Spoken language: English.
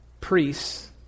priests